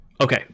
Okay